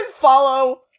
follow